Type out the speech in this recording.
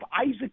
Isaac